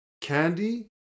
Candy